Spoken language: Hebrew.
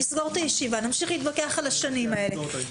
אסגור את הישיבה ונמשיך להתווכח על השנים האלה.